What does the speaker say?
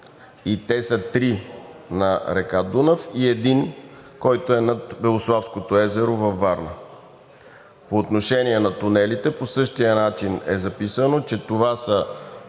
– три на река Дунав и един, който е над Белославското езеро във Варна. По отношение на тунелите – по същия начин е записано, че това са